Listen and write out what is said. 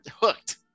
hooked